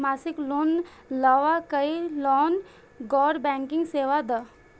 मासिक लोन लैवा कै लैल गैर बैंकिंग सेवा द?